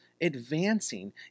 advancing